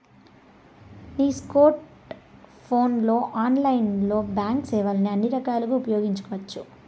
నీ స్కోర్ట్ ఫోన్లలో ఆన్లైన్లోనే బాంక్ సేవల్ని అన్ని రకాలుగా ఉపయోగించవచ్చు